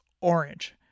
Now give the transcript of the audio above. orange